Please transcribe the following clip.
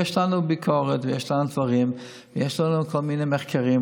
יש לנו ביקורת ויש לנו דברים ויש לנו כל מיני מחקרים,